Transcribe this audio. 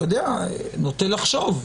לא יודע, נוטה לחשוב,